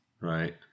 Right